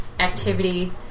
activity